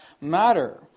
matter